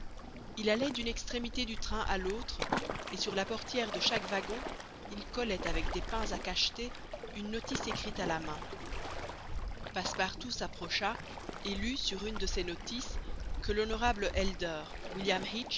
il allait d'une extrémité du train à l'autre et sur la portière de chaque wagon il collait avec des pains à cacheter une notice écrite à la main passepartout s'approcha et lut sur une de ces notices que l'honorable elder william